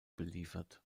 beliefert